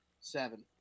Seven